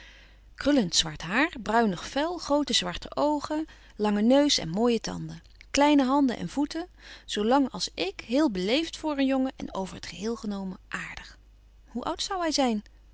krullend zwart haar bruinig vel groote zwarte oogen lange neus en mooie tanden kleine handen en voeten zoo lang als ik heel beleefd voor een jongen en over het geheel genomen aardig hoe oud zou hij zijn